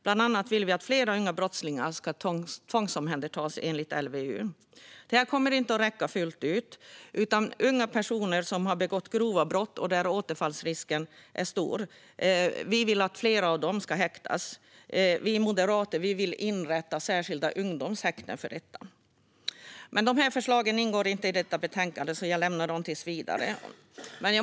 Bland annat vill vi att fler unga brottslingar ska tvångsomhändertas enligt LVU. Detta kommer dock inte att räcka för unga personer som begått grova brott och där återfallsrisken är stor. Vi vill att fler av dem ska häktas. Vi moderater vill inrätta särskilda ungdomshäkten för detta. Men dessa förslag ingår inte i detta betänkande, så jag lämnar dem tills vidare.